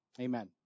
amen